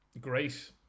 Great